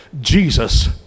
Jesus